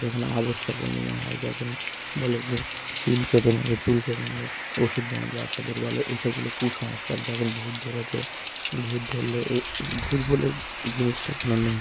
যখন আমাবস্যা পূর্ণিমা হয় যখন বলে যে চুল কেটে নেবে চুল কেটে নিলে ওষুধ বন্ধ বাচ্চাদের বলে এই সবগুলো কুসংস্কার যেরকম ভূত ধরেছে ভূত ধরলে এই ভূত বলে জিনিসটাই কোনো নেই